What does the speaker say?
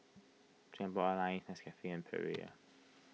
Singapore Airlines Nescafe and Perrier